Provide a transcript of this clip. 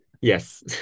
Yes